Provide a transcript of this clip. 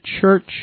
church